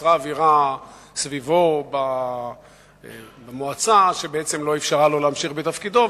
שנוצרה אווירה סביבו במועצה שבעצם לא אפשרה לו להמשיך בתפקידו,